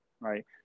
right